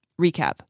recap